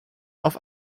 auf